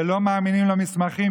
ולא מאמינים למסמכים,